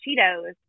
cheetos